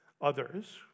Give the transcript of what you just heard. Others